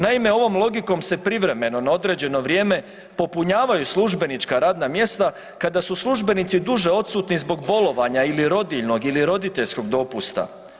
Naime, ovom logikom se privremeno na određeno vrijeme popunjavaju službenička radna mjesta kada su službenici duže odsutni zbog bolovanja ili rodiljnog ili roditeljskog dopusta.